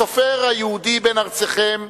הסופר היהודי בן ארצכם,